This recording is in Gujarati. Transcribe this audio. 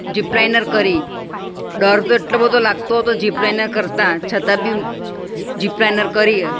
જીપ લાઇનર કરી ડર તો એટલો બધો લાગતો હતો જીપ લાઇનર કરતાં છતાં બી જીપ લાઇનર કરી